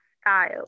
style